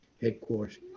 headquarters